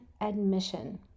admission